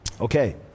Okay